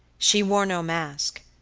she wore no mask.